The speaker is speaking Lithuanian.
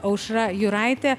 aušra juraitė